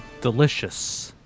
Delicious